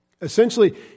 Essentially